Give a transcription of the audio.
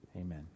Amen